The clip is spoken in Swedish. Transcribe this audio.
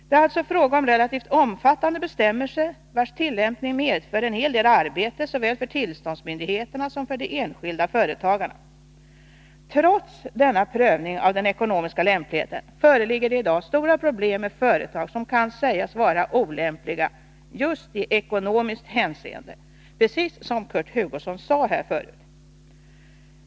Det är alltså fråga om relativt omfattande bestämmelser, vilkas tillämpning medför en hel del arbete såväl för tillståndsmyndigheterna som för de enskilda företagarna. Trots denna prövning av den ekonomiska lämpligheten föreligger i dag stora problem med företag, som kan sägas vara olämpliga just i ekonomiskt hänseende, precis som Kurt Hugosson sade.